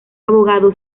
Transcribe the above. abogado